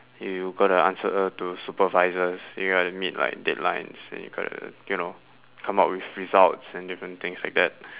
you got to answer to supervisors you got meet like deadlines and you got to you know come out with results and different things like that